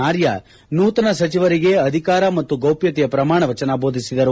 ಆರ್ಯ ನೂತನ ಸಚಿವರುಗಳಿಗೆ ಅಧಿಕಾರ ಮತ್ತು ಗೌಪ್ಠತೆಯ ಪ್ರಮಾಣ ವಚನ ಬೋಧಿಸಿದರು